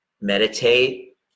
meditate